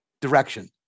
direction